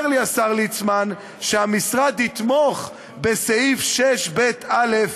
אומר לי השר ליצמן ש"המשרד יתמוך בסעיף 6(ב)(א)